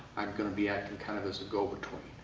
i'm going to be acting kind of as a go-between.